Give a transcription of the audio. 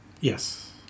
Yes